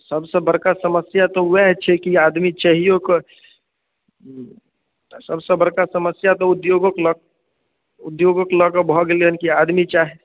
सभसँ बड़का समस्या तऽ ओएह छै कि आदमी चाहियो कऽ सभसँ बड़का समस्या तऽ उद्योगो कऽ लऽ उद्योगो कऽ लऽ कऽ भऽ गेल हँ कि आदमी चाहे